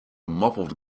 muffled